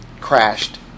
crashed